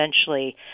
essentially